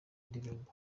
ndirimbo